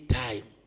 time